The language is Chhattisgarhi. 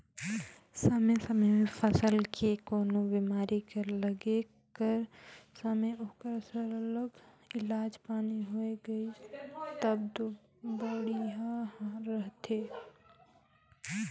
समे समे में फसल के कोनो बेमारी कर लगे कर समे ओकर सरलग इलाज पानी होए गइस तब दो बड़िहा रहथे